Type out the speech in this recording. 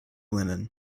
linen